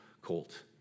colt